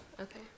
Okay